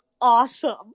awesome